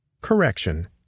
Correction